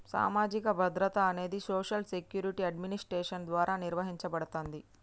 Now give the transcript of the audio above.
సామాజిక భద్రత అనేది సోషల్ సెక్యూరిటీ అడ్మినిస్ట్రేషన్ ద్వారా నిర్వహించబడతాంది